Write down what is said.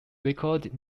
recorded